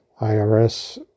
IRS